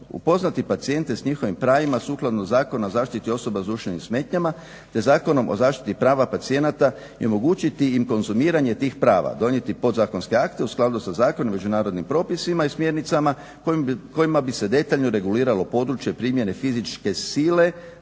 Upoznati pacijente s njihovim pravima sukladno Zakona o zaštiti osoba s duševnim smetnjama, te Zakonom o zaštiti pravi pacijenata i omogućiti im konzumiranje tih prava. Donijeti podzakonske akte u skladu sa zakonom, međunarodnim propisima i smjernicama kojima bi se detaljno regulirano područje primjene fizičke sile